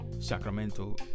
Sacramento